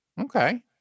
Okay